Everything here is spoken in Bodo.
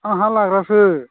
आं हा लाग्रासो